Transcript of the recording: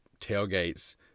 tailgates